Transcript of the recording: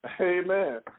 Amen